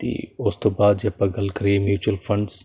ਅਤੇ ਉਸ ਤੋਂ ਬਾਅਦ ਜੇ ਆਪਾਂ ਗੱਲ ਕਰੀਏ ਮਿਊਚੁਅਲ ਫੰਡਸ